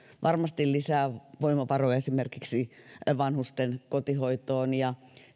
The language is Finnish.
varmasti lisää voimavaroja esimerkiksi vanhusten kotihoitoon ja